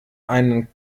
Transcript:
einen